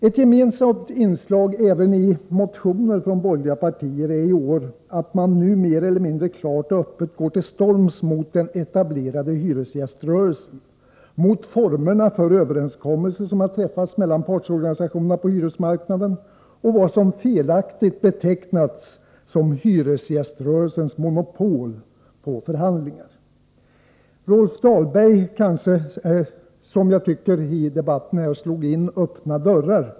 Ett gemensamt inslag även i motioner från borgerliga partier är i år att man nu mer eller mindre klart och öppet går till storms mot den etablerade hyresgäströrelsen, mot formerna för överenskommelser som träffats mellan partsorganisationerna på hyresmarknaden och mot vad som felaktigt betecknats som hyresgäströrelsens monopol på förhandlingar. Rolf Dahlberg slog i debatten här in öppna dörrar.